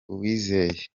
uwizeye